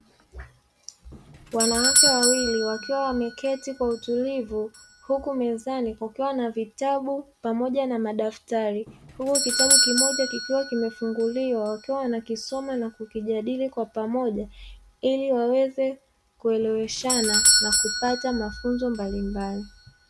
Wanawake wawili wakiwa wameketi kwa utulivu, huku mezani kukiwa na vitabu pamoja na madaftari. Huku kitabu kimoja kikiwa kimefunguliwa, wakiwa wanakisoma na kukijadili kwa pamoja ili waweze kueleweshana na kupata mafunzo mbalimbali.